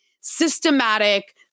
systematic